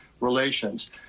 relations